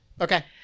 Okay